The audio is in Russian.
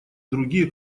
другие